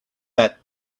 that